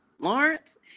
Lawrence